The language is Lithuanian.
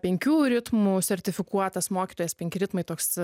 penkių ritmų sertifikuotas mokytojas penki ritmai toks